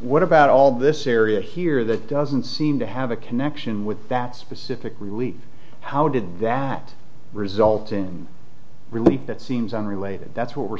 what about all this area here that doesn't seem to have a connection with that specific release how did that result and really that seems unrelated that's what we're